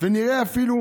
נראה אפילו